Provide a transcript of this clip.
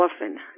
often